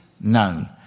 known